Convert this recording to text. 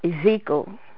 Ezekiel